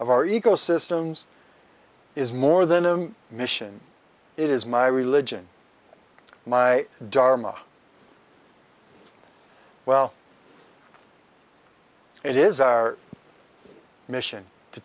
of our ecosystems is more than a mission it is my religion my dharma well it is our mission to